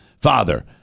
father